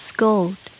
Scold